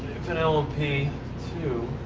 an l m p two